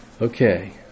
Okay